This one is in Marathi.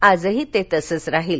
आजही ते तसंच राहील